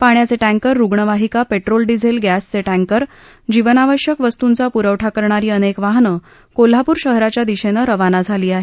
पाण्याचे टैंकर रुग्णवाहिका petrol diesel गस्त्री टैंकर जीवनावश्यक वस्तूंचा पुरवठा करणारी अनेक वाहन कोल्हापूर शहराच्या दिशेनं रवाना झाली आहेत